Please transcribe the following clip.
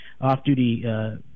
off-duty